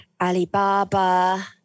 Alibaba